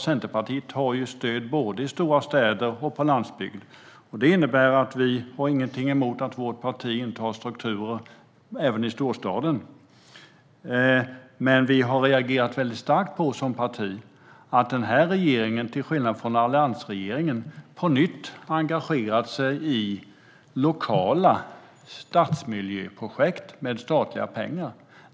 Centerpartiet har ju stöd både i stora städer och på landsbygden. Det innebär att vi inte har någonting emot att vårt parti intar strukturer även i storstaden. Men vi har som parti reagerat väldigt starkt på att den här regeringen, till skillnad från alliansregeringen, på nytt engagerat sig i lokala stadsmiljöprojekt med statliga pengar.